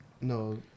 No